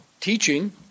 teaching